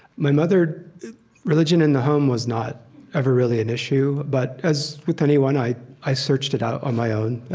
my mother religion in the home was not ever really an issue, but as, with anyone, i i searched it out on my own.